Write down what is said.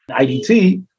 IDT